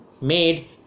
made